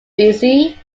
busy